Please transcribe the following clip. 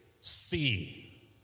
See